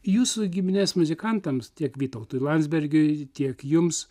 jūsų giminės muzikantams tiek vytautui landsbergiui tiek jums